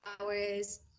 hours